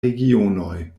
regionoj